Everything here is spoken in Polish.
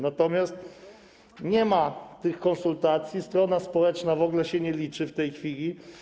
Natomiast nie ma tych konsultacji, strona społeczna w ogóle się nie liczy w tej chwili.